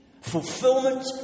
Fulfillment